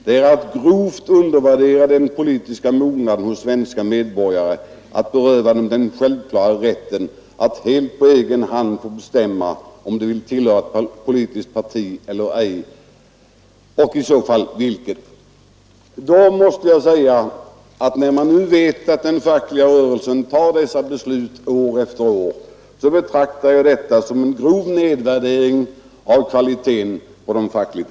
Det är att grovt undervärdera den politiska mognaden hos svenska medborgare att beröva dem den självklara rätten att helt på egen hand få bestämma om de vill tillhöra ett politiskt parti och i så fall vilket.”